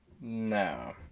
No